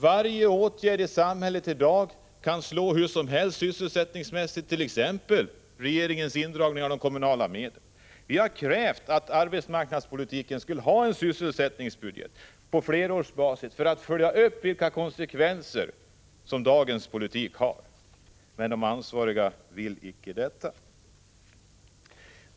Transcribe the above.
Varje åtgärd i samhället i dag kan slå hur som helst sysselsättningsmässigt, t.ex. regeringens indragning av kommunala medel. Vi har krävt att arbetsmarknadspolitiken skulle ha en sysselsättningsbudget på flerårsbasis för att man skulle kunna följa upp vilka konsekvenser som dagens politik har. Men de ansvariga vill icke detta.